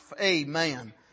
amen